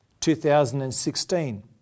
2016